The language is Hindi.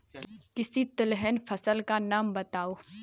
किसी तिलहन फसल का नाम बताओ